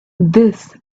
this